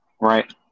Right